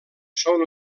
són